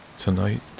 Tonight